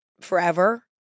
forever